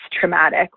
traumatic